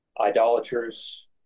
idolaters